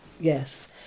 yes